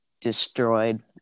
destroyed